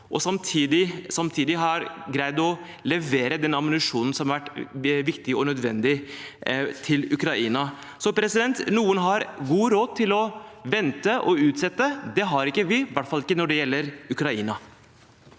Referat 2024 har greid å levere den ammunisjonen som har vært viktig og nødvendig til Ukraina. Noen har god råd til å vente og utsette. Det har ikke vi, i hvert fall ikke når det gjelder Ukraina.